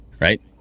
right